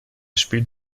spielt